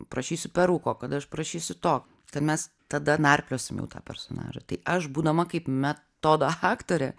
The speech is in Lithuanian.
prašysiu peruko kad aš prašysiu to kad mes tada narpliosim jau tą personažą tai aš būdama kaip metodo aktorė